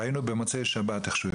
ראינו איך הוא ישב במוצאי שבת עם